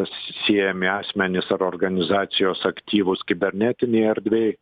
siejami asmenys ar organizacijos aktyvūs kibernetinėj erdvėj